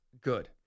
good